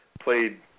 played –